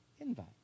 invite